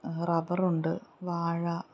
റബ്ബറുണ്ട് വാഴ